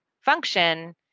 function